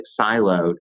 siloed